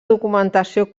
documentació